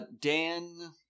Dan